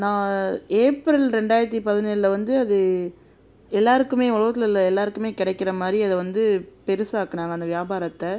ந ஏப்ரல் ரெண்டாயிரத்து பதினேழில வந்து அது எல்லாேருக்குமே உலகத்தில் உள்ள எல்லாேருக்குமே கிடைக்கிற மாதிரி அதை வந்து பெருசாக்கினாங்க அந்த வியாபாரத்தை